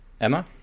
Emma